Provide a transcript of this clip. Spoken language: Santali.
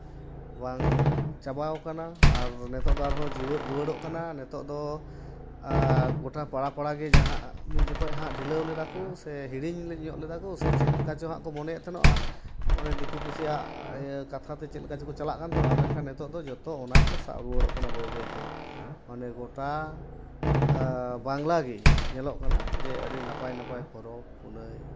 ᱵᱟᱝ ᱪᱟᱵᱟᱣ ᱠᱟᱱᱟ ᱟᱨ ᱱᱤᱛᱳᱜ ᱫᱚ ᱟᱨᱦᱚᱸ ᱡᱤᱣᱮᱫ ᱨᱩᱣᱟᱹᱲᱚᱜ ᱠᱟᱱᱟ ᱱᱤᱛᱳᱜ ᱫᱚ ᱜᱚᱴᱟ ᱯᱟᱲᱟ ᱯᱟᱲᱟ ᱜᱮ ᱡᱟᱦᱟᱸ ᱢᱤᱫ ᱡᱚᱠᱷᱚᱱ ᱦᱟᱸᱜ ᱰᱷᱤᱞᱟᱹᱣ ᱞᱮᱫᱟ ᱠᱚ ᱥᱮ ᱦᱤᱲᱤᱧ ᱧᱚᱜ ᱞᱮᱫᱟ ᱠᱚ ᱥᱮ ᱪᱮᱫᱞᱮᱠᱟ ᱪᱚᱝ ᱦᱟᱸᱜ ᱠᱚ ᱢᱚᱱᱮᱭᱮᱫ ᱛᱟᱦᱮᱱᱚᱜᱼᱟ ᱚᱱᱮ ᱫᱤᱠᱩ ᱯᱩᱥᱤᱭᱟᱜ ᱠᱟᱛᱷᱟ ᱛᱮ ᱪᱮᱫᱞᱮᱠᱟ ᱠᱚ ᱪᱟᱞᱟᱜ ᱠᱟᱱ ᱛᱟᱦᱮᱱᱟ ᱢᱮᱱᱠᱷᱟᱱ ᱱᱤᱛᱳᱜ ᱫᱚ ᱡᱚᱛᱚ ᱚᱱᱟ ᱠᱚ ᱥᱟᱵ ᱨᱟᱠᱟᱵ ᱨᱩᱣᱟᱹᱲᱚᱜ ᱠᱟᱱᱟ ᱵᱟᱹᱭ ᱵᱟᱹᱭ ᱛᱮ ᱢᱟᱱᱮ ᱜᱚᱴᱟ ᱵᱟᱝᱞᱟ ᱜᱮ ᱧᱮᱞᱚᱜ ᱠᱟᱱᱟ ᱡᱮ ᱟᱹᱰᱤ ᱱᱟᱯᱟᱭ ᱱᱟᱯᱟᱭ ᱯᱚᱨᱚᱵᱽᱼᱯᱩᱱᱟᱹᱭ